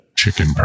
chicken